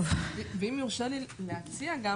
ואם יורשה לי להציע גם,